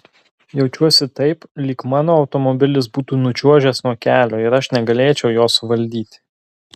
jaučiuosi taip lyg mano automobilis būtų nučiuožęs nuo kelio ir aš negalėčiau jo suvaldyti